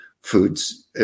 foods